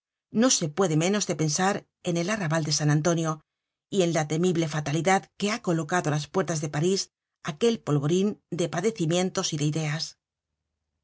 no se puede menos de pensar en el arrabal de san antonio y en la temible fatalidad que ha colocado á las puertas de parís aquel polvorin de padecimientos y de ideas